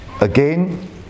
again